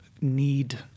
need